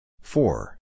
Four